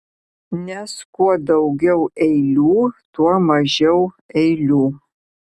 nes kuo daugiau eilių tuo mažiau eilių